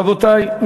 רבותי,